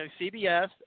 CBS